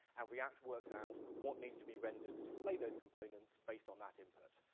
and react works out, what needs to be rendered to display those components based on that input.